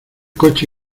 coche